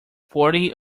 forty